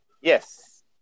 yes